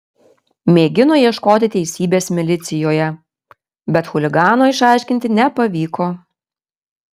mėgino ieškoti teisybės milicijoje bet chuligano išaiškinti nepavyko